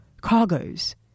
cargoes